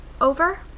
Over